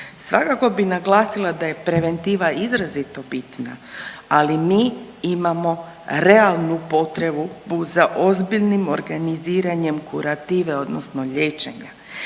Svakako bi naglasila da je preventiva izrazito bitna, ali mi imamo realnu potrebu za ozbiljnim organiziranjem kurative odnosno liječenja.